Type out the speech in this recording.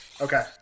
Okay